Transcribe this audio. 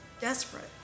desperate